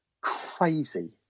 crazy